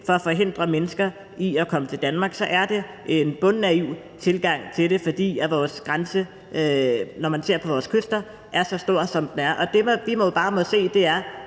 for at forhindre mennesker i at komme til Danmark, så er det en bundnaiv tilgang til det, fordi vores grænse, når man ser på vores kyster, strækker sig så langt, som den gør. Det, vi bare må indse, er,